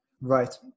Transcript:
right